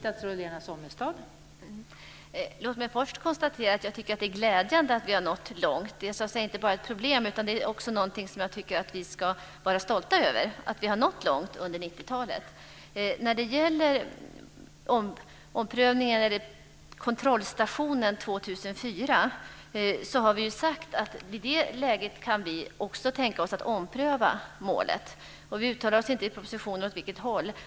Fru talman! Jag tycker att det är glädjande att vi har nått så långt under 90-talet. Det är någonting som jag tycker att vi ska vara stolta över. När det gäller kontrollstationen 2004 kan vi tänka oss att ompröva målet, men vi uttalar oss inte i propositionen om i vilken riktning.